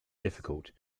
difficult